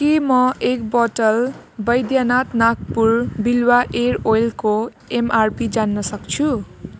के म एक बोतल बैद्यनाथ नागपुर बिल्वा इयर ओयलको एमआरपी जान्नसक्छु